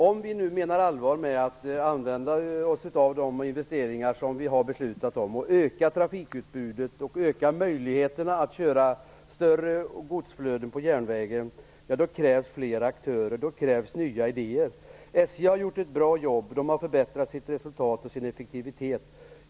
Om vi menar allvar med att använda oss av de investeringar vi har beslutat om, att öka trafikutbudet och att öka möjligheterna att köra större godsflöden på järnväg krävs det fler aktörer och nya idéer. SJ har gjort ett bra jobb och förbättrat sitt resultat och sin effektivitet.